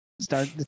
start